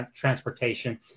transportation